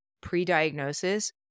pre-diagnosis